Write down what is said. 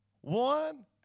One